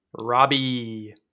Robbie